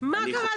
מה קרה?